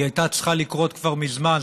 היא הייתה צריכה לקרות כבר מזמן,